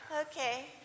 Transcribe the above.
Okay